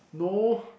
no